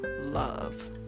love